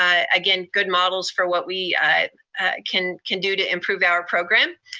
ah again, good models for what we can can do to improve our program.